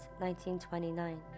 1929